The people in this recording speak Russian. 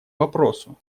вопросу